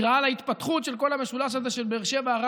היא רעה להתפתחות של המשולש הזה של באר שבע-ערד-דימונה,